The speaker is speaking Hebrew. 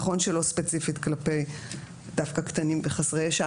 נכון שלא ספציפית כלפי דווקא קטינים וחסרי ישע.